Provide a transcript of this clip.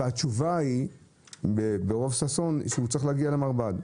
והתשובה היא ברוב ששון שהוא צריך להגיע למרב"ד,